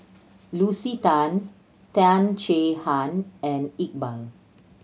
Lucy Tan Tan Chay Han and Iqbal